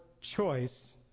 choice